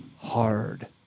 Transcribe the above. hard